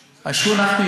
עישון זה מספר אחת.